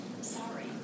Sorry